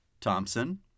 Thompson